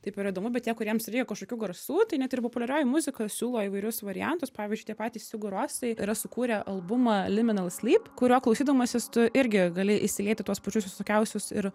taip yra įdomu bet tie kuriems reikia kažkokių garsų tai net ir populiarioji muzika siūlo įvairius variantus pavyzdžiui tie patys sigurosai yra sukūrę albumą liminal sleep kurio klausydamasis tu irgi gali įsilieti tuos pačius visokiausius ir